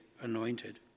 anointed